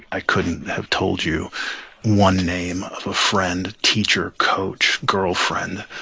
i couldn't have told you one name of a friend, teacher, coach, girlfriend.